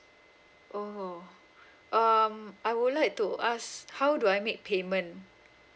oh um I would like to ask how do I make payment